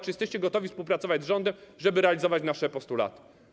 Czy jesteście gotowi współpracować z rządem, żeby realizować nasze postulaty?